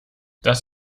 das